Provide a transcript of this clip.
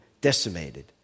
decimated